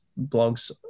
blogs